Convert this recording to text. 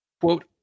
quote